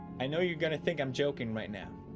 i know you're going to think i'm joking right now